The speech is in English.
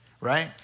right